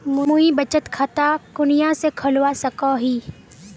मुई बचत खता कुनियाँ से खोलवा सको ही?